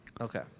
Okay